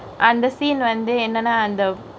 and the scene one day in and and uh